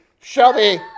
Shelby